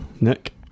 Nick